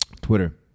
Twitter